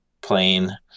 plane